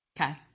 Okay